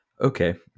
okay